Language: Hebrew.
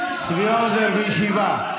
צבי האוזר, בישיבה.